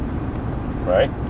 Right